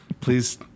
Please